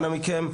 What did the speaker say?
אנא מכם,